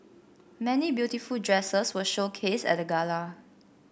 many beautiful dresses were showcased at the gala